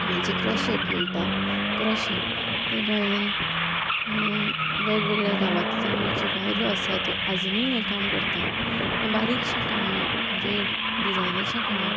माजे क्रशेट म्हणटा क्रशें ते गोंयान वेगवेगळ्या गांवांतल्यो ज्यो बायलो आससा त्यो आजुनूय हें काम करता हें बारीकशें काम म्हणजे डिजायनाचें काम